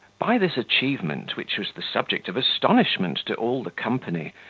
by this achievement, which was the subject of astonishment to all the company,